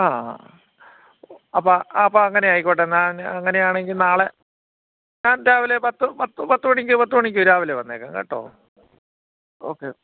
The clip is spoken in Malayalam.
ആ ആ അപ്പം അപ്പം അങ്ങനെയായിക്കോട്ടെ എന്നാൽ അങ്ങനെയാണെങ്കിൽ നാളെ ഞാൻ രാവിലെ പത്ത് പത്ത് പത്ത് മണിക്ക് പത്ത് മണിക്ക് രാവിലെ വന്നേക്കാം കേട്ടോ ഓക്കെ